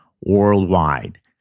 worldwide